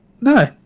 No